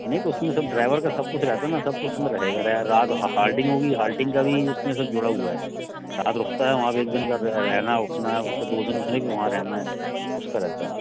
नहीं तो उसमें सब ड्राइवर का सब कुछ रहता है सब उसमें रहेगा ना रात हाल्टिंग होगी हाल्टिंग का भी उसमें सब जुड़ा हुआ है रात रुकता है वहाँ एक दिन का रहना उठना उसके दो दिन उसने भी वहाँ रहना है उसका रहता है